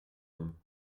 homme